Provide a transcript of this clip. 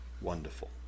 wonderful